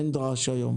אין דרש היום.